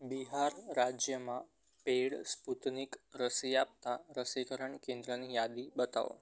બિહાર રાજ્યમાં paid Sputnik રસી આપતાં રસીકરણ કેન્દ્રની યાદી બતાવો